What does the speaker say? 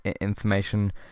information